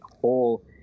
whole